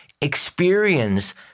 experience